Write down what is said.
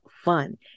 fun